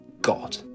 God